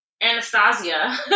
Anastasia